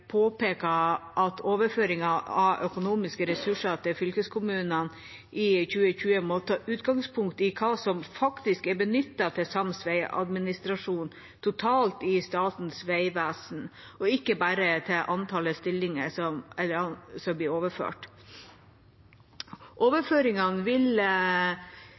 påpeker at overføringen av økonomiske ressurser til fylkeskommunene i 2020 må ta utgangspunkt i hva som faktisk er benyttet til sams veiadministrasjon totalt i Statens vegvesen, ikke bare til antall stillinger som blir overført. Overføringene vil